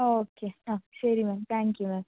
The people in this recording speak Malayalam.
ഓക്കെ ആ ശരി മാം താങ്ക് യൂ മാം